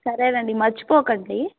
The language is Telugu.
సరేనండి మర్చిపోకండి